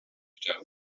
down